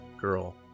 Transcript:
girl